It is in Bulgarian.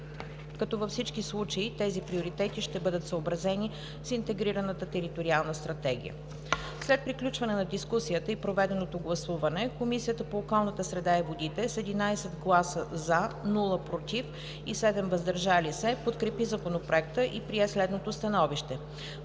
като във всички случаи тези приоритети ще бъдат съобразени с интегрираната териториална стратегия. След приключване на дискусията и проведеното гласуване Комисията по околната среда и водите с 11 гласа „за“, без „против“ и 7 гласа „въздържал се“ подкрепи Законопроекта и прие следното становище: